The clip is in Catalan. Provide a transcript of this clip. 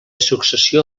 successió